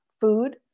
food